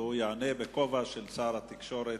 והוא יענה בכובע של שר התקשורת,